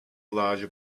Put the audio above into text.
large